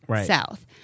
south